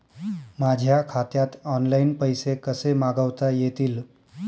माझ्या खात्यात ऑनलाइन पैसे कसे मागवता येतील?